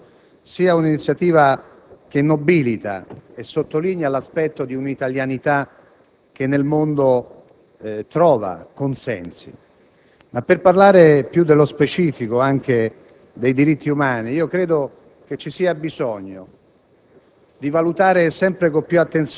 alle iniziative di carattere politico, è un'iniziativa che nobilita e sottolinea l'aspetto di una italianità che nel mondo raccoglie consensi. Ma per parlare più nello specifico dei diritti umani, credo vi sia bisogno